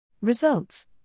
Results